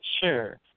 Sure